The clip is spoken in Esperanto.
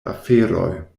aferoj